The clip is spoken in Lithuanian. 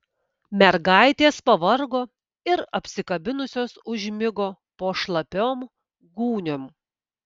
mergaitės pavargo ir apsikabinusios užmigo po šlapiom gūniom